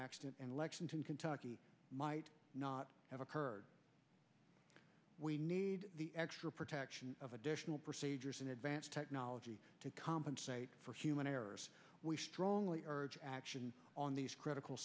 accident and lexington kentucky might not have occurred we need the extra protection of additional procedures in advanced technology to compensate for human errors we strongly urge action on these critical